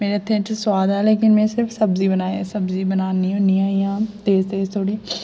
मेरे हत्थें च सोआद ऐ लेकिन में सिर्फ सब्जी बनाई सब्जी बनानी होनी आं इ'यां तेज तेज थोह्ड़ी